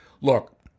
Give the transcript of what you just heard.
Look